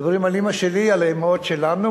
מדברים על אמא שלי, על האמהות שלנו.